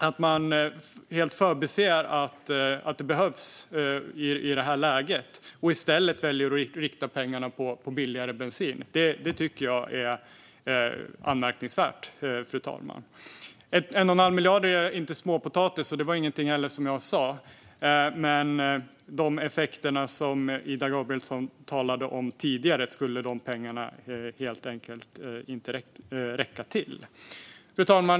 Att man helt förbiser att pengarna behövs i detta läge och i stället väljer att rikta pengarna för att bensinen ska bli billigare tycker jag är anmärkningsvärt. 1 1⁄2 miljard är inte småpotatis. Det sa jag inte heller. Men dessa pengar skulle helt enkelt inte räcka till de effekter som Ida Gabrielsson talade om tidigare. Fru talman!